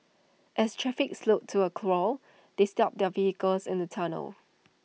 as traffic slowed to A crawl they stopped their vehicle in the tunnel